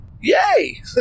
yay